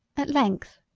at length,